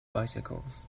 bicycles